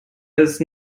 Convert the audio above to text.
ist